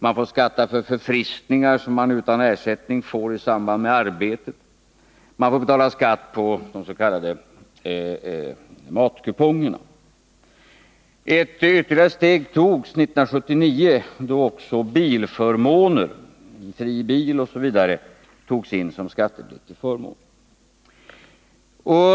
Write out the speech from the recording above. Man får skatta för förfriskningar som man utan ersättning får i samband med arbetet. Vidare får 19 man betala skatt på de s.k. matkupongerna. Ytterligare ett steg togs 1979 då också bilförmånen, fri bil m.m., togs in som skattepliktig förmån.